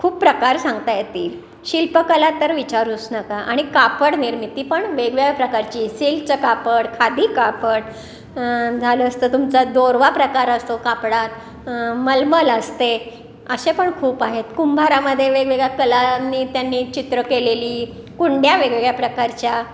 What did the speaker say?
खूप प्रकार सांगता येतील शिल्पकला तर विचारूच नका आणि कापडनिर्मिती पण वेगवेगळ्या प्रकारची सिल्कचं कापड खादी कापड झालंच तर तुमचा दोरवा प्रकार असतो कापडात मलमल असते असे पण खूप आहेत कुंभारामध्ये वेगवेगळ्या कलांनी त्यांनी चित्र केलेली कुंड्या वेगवेगळ्या प्रकारच्या